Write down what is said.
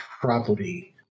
property